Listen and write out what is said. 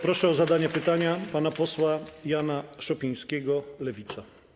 Proszę o zadanie pytania pana posła Jana Szopińskiego, Lewica.